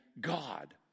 God